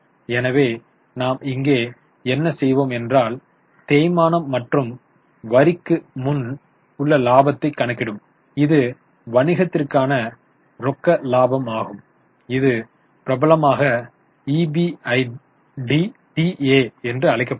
எனவே நாம் இங்கே என்ன செய்வோம் என்றால் தேய்மானம் மற்றும் வரிக்கு முன் லாபத்தை கணக்கிடும் இது வணிகத்திற்கான ரொக்க லாபம் ஆகும் இது பிரபலமாக இபிஐடிடீஎ என்று அழைக்கப்படுகிறது